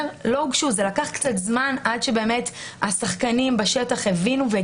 סדר-היום: הצעת צו חדלות פירעון ושיקום